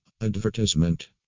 Advertisement